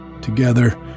Together